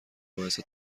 باعث